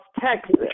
Texas